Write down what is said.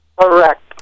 Correct